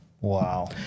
Wow